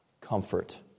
comfort